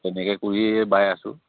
তেনেকৈ কৰিয়ে বাই আছোঁ